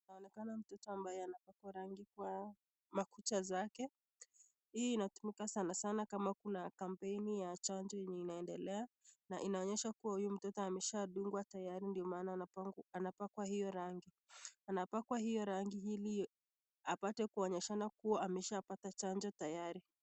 Anaonekana mtoto ambaye anapakwa rangi kwa makucha zake. Hii inatumika sana sana kama kuna kampeni ya chanjo yenye inaendelea na inaonyesha kuwa huyu mtoto ameshadungwa tayari ndio maana anapakwa hio rangi. Anapakwa hio rangi ili apate kuonyeshana kuwa ameshapata chanjo tayari.